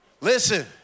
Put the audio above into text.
Listen